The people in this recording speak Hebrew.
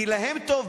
כי להם יהיה טוב,